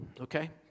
okay